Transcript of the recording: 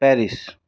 Paris